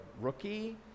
rookie